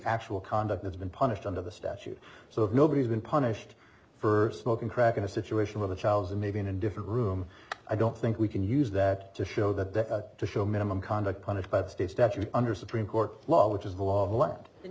actual conduct that's been punished under the statute so nobody's been punished for smoking crack in a situation where the child's in maybe in a different room i don't think we can use that to show that the show minimum conduct punished but state statute under supreme court law which is the law and